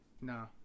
No